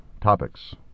topics